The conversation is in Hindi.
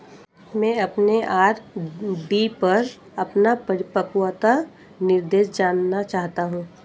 मैं अपने आर.डी पर अपना परिपक्वता निर्देश जानना चाहता हूं